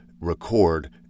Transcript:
record